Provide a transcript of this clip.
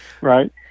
Right